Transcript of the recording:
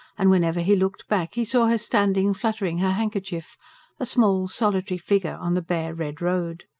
and whenever he looked back he saw her standing fluttering her handkerchief a small, solitary figure on the bare, red road.